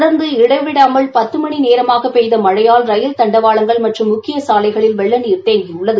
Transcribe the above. தொடர்ந்து இடைவிடாமல் பத்து மணி நேரமாக பெய்த மழையால் ரயில் தண்டவாளங்கள் மற்றும் முக்கிய சாலைகளில் வெள்ளநீர் தேங்கியுள்ளது